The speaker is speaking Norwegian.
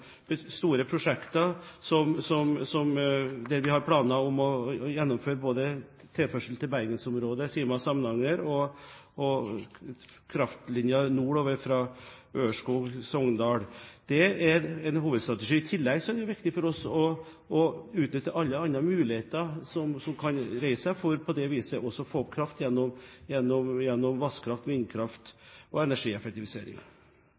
store prosjekter som vi har planer om å gjennomføre: både tilførsel til bergensområdet, Sima–Samnanger, og kraftlinjen nordover fra Ørskog–Sogndal. Dette er en hovedstrategi. I tillegg er det viktig for oss å utnytte alle andre muligheter for på det viset å få kraft gjennom